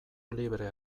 librea